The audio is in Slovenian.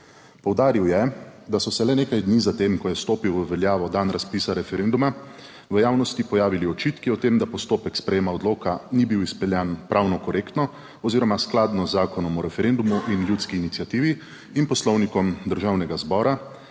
Poudaril je, da so se le nekaj dni za tem, ko je stopil v veljavo dan razpisa referenduma, v javnosti pojavili očitki o tem, da postopek sprejema odloka ni bil izpeljan pravno korektno oziroma skladno z Zakonom o referendumu in ljudski iniciativi in Poslovnikom Državnega zbora,